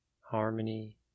harmony